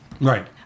Right